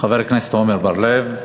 חבר הכנסת עמר בר-לב.